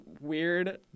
weird